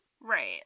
Right